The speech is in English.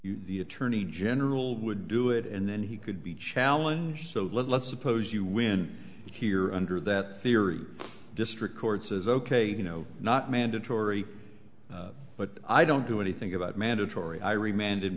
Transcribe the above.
the attorney general would do it and then he could be challenge so let's suppose you win here under that theory district court says ok you know not mandatory but i don't do anything about mandatory i remained